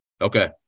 Okay